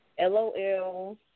LOL